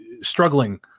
struggling